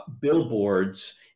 billboards